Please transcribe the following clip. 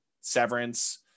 Severance